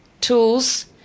tools